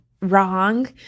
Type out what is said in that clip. wrong